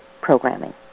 programming